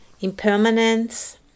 impermanence